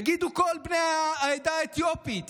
יגידו כל בני העדה האתיופית,